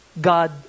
God